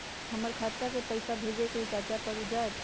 हमरा खाता के पईसा भेजेए के हई चाचा पर ऊ जाएत?